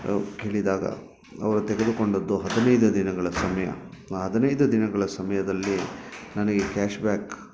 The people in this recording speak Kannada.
ಕೇಳಿದಾಗ ಅವ್ರು ತೆಗೆದುಕೊಂಡದ್ದು ಹದಿನೈದು ದಿನಗಳ ಸಮಯ ಆ ಹದಿನೈದು ದಿನಗಳ ಸಮಯದಲ್ಲಿ ನನಗೆ ಕ್ಯಾಶ್ ಬ್ಯಾಕ್